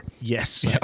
Yes